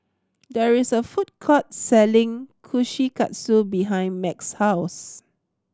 there is a food court selling Kushikatsu behind Madge's house